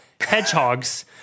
hedgehogs